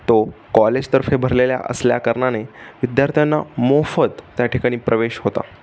तो कॉलेजतर्फे भरलेला असल्याकारणाने विद्यार्थ्यांना मोफत त्या ठिकाणी प्रवेश होता